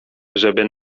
żeby